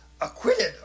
Acquitted